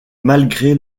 malgré